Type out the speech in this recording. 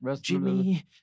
Jimmy